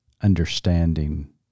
understanding